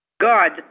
God